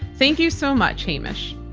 thank you so much, hamish.